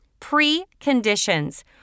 Pre-conditions